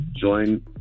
join